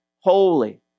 holy